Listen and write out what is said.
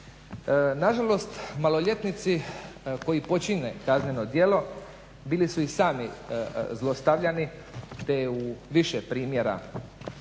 Nažalost maloljetnici koji počinje kazneno djelo bili su i sami zlostavljani, te u više primjera iz